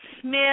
Smith